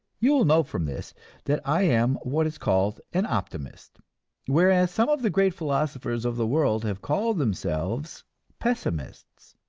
you will note from this that i am what is called an optimist whereas some of the great philosophers of the world have called themselves pessimists.